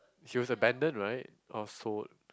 she was abandoned right or sold